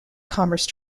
commerce